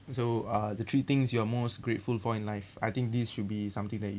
so uh the three things you are most grateful for in life I think these should be something that